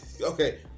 Okay